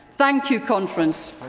thank you, conference.